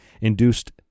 induced